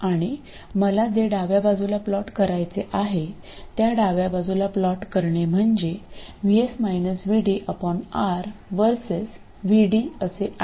आणि मला जे डाव्या बाजूला प्लॉट करायचे आहे त्या डाव्या बाजूला प्लॉट करणे म्हणजेR VS VD असे आहे